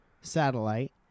satellite